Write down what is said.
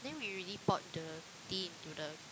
then we already poured the tea into the